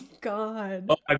god